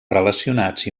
relacionats